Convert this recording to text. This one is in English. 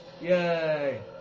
Yay